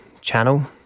channel